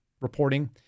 reporting